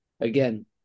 again